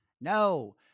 No